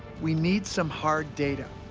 we need some hard data.